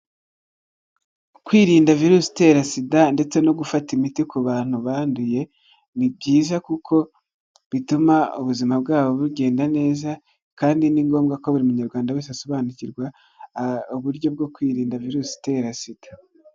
Kwirinda virusi itera sida ndetse no gufata imiti ku bantu banduye ni byiza kuko bituma ubuzima bwabo bugenda neza kandi ni ngombwa ko buri munyarwanda wese asobanukirwa uburyo bwo kwirinda virusi itera sida.